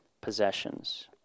possessions